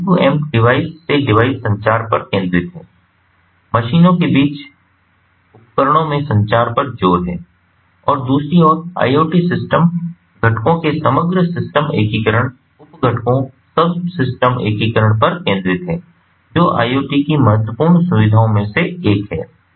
तो M 2 M device से device संचार पर केंद्रित है मशीनों के बीच उपकरणों में संचार पर जोर है और दूसरी ओर IoT सिस्टम घटकों के समग्र सिस्टम एकीकरण उप घटकों सब सिस्टम एकीकरण पर केंद्रित है जो IoT की महत्वपूर्ण सुविधाएँ में से एक है